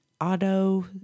auto